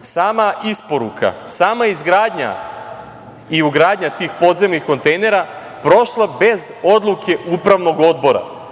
sama isporuka, sama izgradnja i ugradnja tih podzemnih kontejnera prošla bez odluke Upravnog odbora